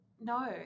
no